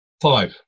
Five